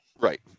right